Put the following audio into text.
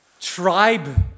tribe